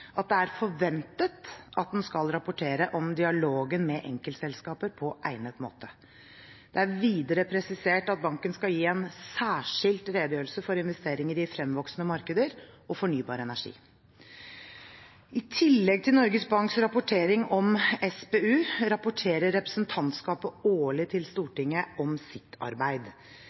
at det er forventet at den skal rapportere om dialogen med enkeltselskaper på egnet måte. Det er videre presisert at banken skal gi en særskilt redegjørelse for investeringer i fremvoksende markeder og fornybar energi. I tillegg til Norges Banks rapportering om SPU rapporterer representantskapet årlig til